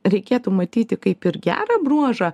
reikėtų matyti kaip ir gerą bruožą